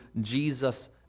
Jesus